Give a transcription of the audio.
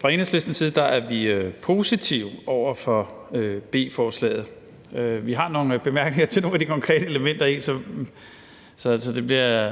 Fra Enhedslistens side er vi positive over for B-forslaget. Vi har nogle bemærkninger til nogle af de konkrete elementer i det, så den her tale bliver